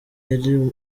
yari